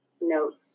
notes